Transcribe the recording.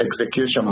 execution